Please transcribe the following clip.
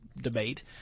debate